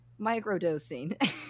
microdosing